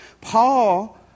Paul